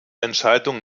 entscheidung